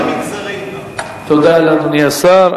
תודה לאדוני השר.